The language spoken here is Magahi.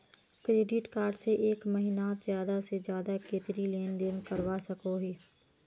क्रेडिट कार्ड से एक महीनात ज्यादा से ज्यादा कतेरी लेन देन करवा सकोहो ही?